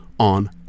on